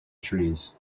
trees